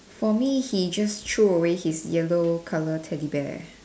for me he just threw away his yellow colour teddy bear